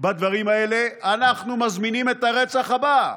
בדברים האלה אנחנו מזמינים את הרצח הבא.